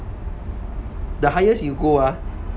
the highest you go ah